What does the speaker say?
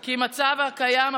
כי במצב הקיים,